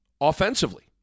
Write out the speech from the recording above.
offensively